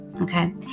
Okay